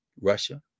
Russia